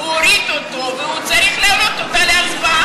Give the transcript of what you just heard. הוא הוריד אותו והוא צריך להעלות להצבעה.